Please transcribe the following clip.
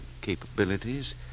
capabilities